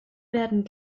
werden